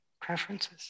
preferences